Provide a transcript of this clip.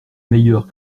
meilleurs